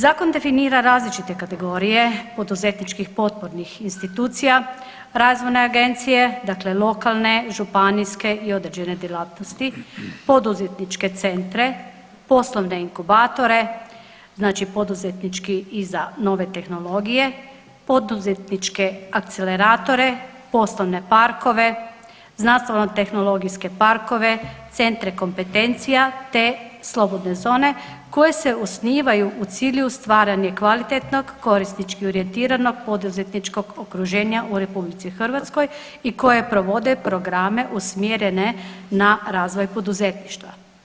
Zakon definira različite kategorije poduzetničkih potpornih institucija, razvojne agencije dakle lokalne, županijske i određene djelatnosti, poduzetničke centre, poslovne inkubatore znači poduzetnički i za nove tehnologije, poduzetničke akceleratore, poslovne parkove, znanstveno tehnologijske parkove, centre kompetencija te slobodne zone koje se osnivaju u cilju stvaranja kvalitetnog korisnički orijentiranog poduzetničkog okruženja u RH i koje provode programe usmjerene na razvoj poduzetništva.